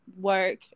work